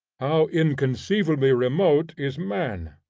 how inconceivably remote is man!